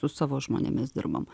su savo žmonėmis dirbam